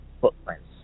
footprints